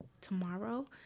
tomorrow